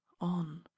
on